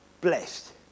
Blessed